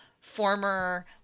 former